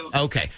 Okay